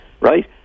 right